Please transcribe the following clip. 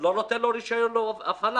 כי לא נותנים להם רישיון הפעלה.